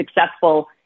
successful